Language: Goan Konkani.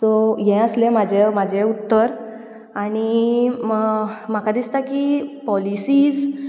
सो हें आसलें म्हाजें म्हजें उत्तर आनी म्हाका दिसता की पॉलिसीज